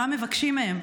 מה מבקשים מהם,